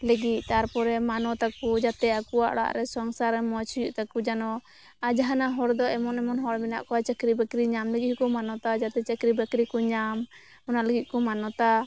ᱞᱟᱹᱜᱤᱫ ᱛᱟᱨ ᱯᱚᱨᱮ ᱢᱟᱱᱚᱛ ᱟᱠᱚ ᱡᱟᱛᱮ ᱟᱠᱚᱣᱟᱜ ᱚᱲᱟᱜ ᱨᱮ ᱥᱚᱝᱥᱟᱨ ᱨᱮ ᱢᱚᱸᱡᱽ ᱦᱩᱭᱩᱜ ᱛᱟᱠᱚ ᱡᱮᱱᱚ ᱟᱨ ᱡᱟᱦᱟᱸᱱᱟᱜ ᱦᱚᱲ ᱫᱚ ᱮᱢᱚᱱ ᱮᱢᱚᱱ ᱦᱚᱲ ᱢᱮᱱᱟᱜ ᱠᱚᱣᱟ ᱪᱟᱠᱨᱤ ᱵᱟᱠᱨᱤ ᱧᱟᱢ ᱞᱟᱜᱤᱜ ᱦᱚᱸᱠᱚ ᱢᱟᱱᱚᱛᱟ ᱡᱟᱛᱮ ᱪᱟᱠᱨᱤ ᱵᱟᱠᱨᱤ ᱠᱚ ᱧᱟᱢ ᱚᱱᱟ ᱞᱟᱜᱤᱜ ᱠᱚ ᱢᱟᱱᱚᱛᱟ